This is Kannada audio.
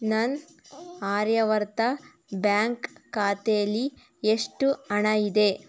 ನನ್ನ ಆರ್ಯವರ್ತ ಬ್ಯಾಂಕ್ ಖಾತೇಲಿ ಎಷ್ಟು ಹಣ ಇದೆ